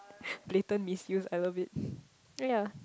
little miss use ever bit yea yea